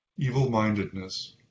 evil-mindedness